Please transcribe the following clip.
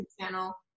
channel